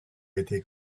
été